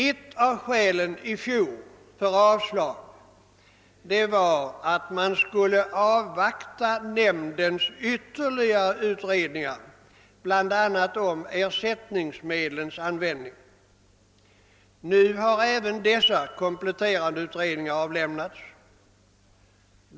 Ett av de skäl som i fjol anfördes för avslag på jordbruksnämndens anslagskrav var att man skulle avvakta nämndens ytterligare utredningar om bl a. ersättningsmedlens användning. Nu har även dessa kompletterande utredningar avlämnats.